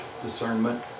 Discernment